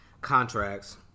contracts